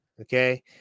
Okay